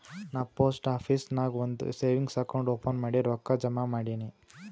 ನಾ post office ನಾಗ್ ಒಂದ್ ಸೇವಿಂಗ್ಸ್ ಅಕೌಂಟ್ ಓಪನ್ ಮಾಡಿ ರೊಕ್ಕಾ ಜಮಾ ಮಾಡಿನಿ